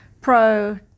pro